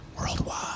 Worldwide